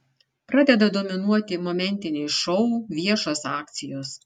pradeda dominuoti momentiniai šou viešos akcijos